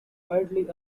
widely